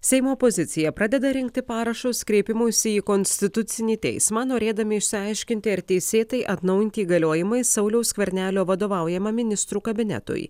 seimo opozicija pradeda rinkti parašus kreipimuisi į konstitucinį teismą norėdami išsiaiškinti ar teisėtai atnaujinti įgaliojimai sauliaus skvernelio vadovaujamam ministrų kabinetui